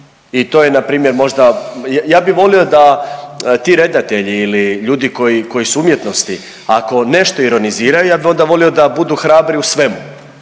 i to npr. možda, ja bi volio da ti redatelji ili ljudi koji su u umjetnosti ako nešto ironiziraju ja bi onda volio da budu hrabri u svemu.